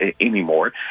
anymore